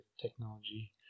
technology